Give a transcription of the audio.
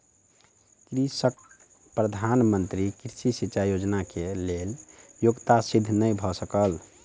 कृषकक प्रधान मंत्री कृषि सिचाई योजना के लेल योग्यता सिद्ध नै भ सकल